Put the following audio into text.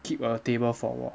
keep a table for 我